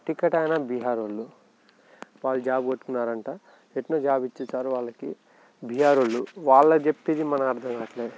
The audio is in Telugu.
టికెట్ ఆయన బీహారోళ్ళు వాళ్ళు జాబ్ కొట్టుకున్నారంట ఎట్లా జాబ్ ఇచ్చేశారు వాళ్ళకి బీహారోళ్ళు వాళ్ళు చెప్పేది మనకి అర్థం కావట్లే